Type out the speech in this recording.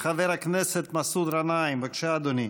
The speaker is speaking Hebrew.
חבר הכנסת מסעוד גנאים, בבקשה, אדוני.